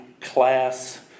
class